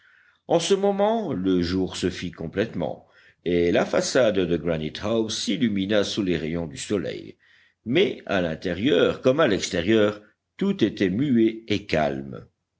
en ce moment le jour se fit complètement et la façade de granite house s'illumina sous les rayons du soleil mais à l'intérieur comme à l'extérieur tout était muet et calme